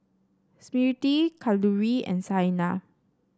Smriti Kalluri and Saina